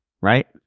right